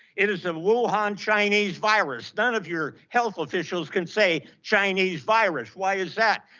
it is a wuhan chinese virus. none of your health officials can say chinese virus. why is that?